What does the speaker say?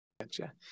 Gotcha